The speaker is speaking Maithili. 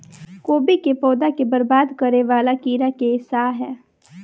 कोबी केँ पौधा केँ बरबाद करे वला कीड़ा केँ सा है?